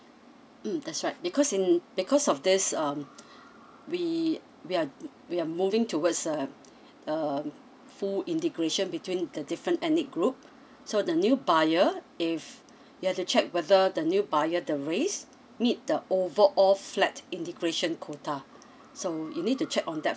mm that's right because in because of this um we we are we are moving towards a um full integration between the different ethnic group so the new buyer if you have to check whether the new buyer the race meet the overall flat integration quota so you need to check on that